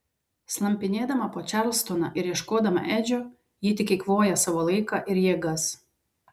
slampinėdama po čarlstoną ir ieškodama edžio ji tik eikvoja savo laiką ir jėgas